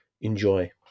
Enjoy